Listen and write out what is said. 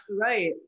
Right